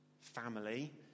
family